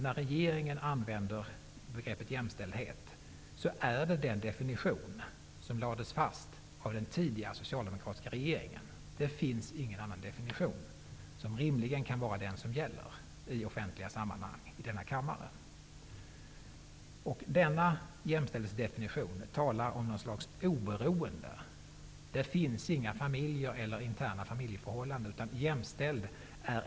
När regeringen använder begreppet jämställdhet är det enligt den definition som lades fast av den tidigare socialdemokratiska regeringen. Det finns ingen annan definition som rimligen kan vara den som gäller i offentliga sammanhang i denna kammare. Denna jämställdhetsdefinition talar om något slags oberoende. Det finns inga familjer eller interna familjeförhållanden.